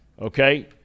Okay